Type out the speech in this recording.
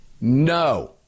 No